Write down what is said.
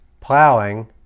plowing